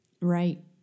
right